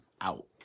out